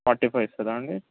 forty five ఇస్తుందా అండి